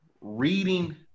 reading